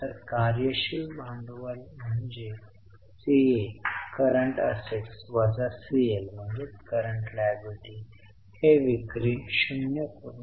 तर कार्य शील भांडवल म्हणजे सीए वजा सीएल हे विक्री 0